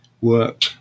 work